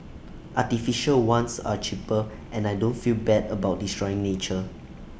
artificial ones are cheaper and I don't feel bad about destroying nature